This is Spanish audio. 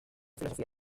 filosofía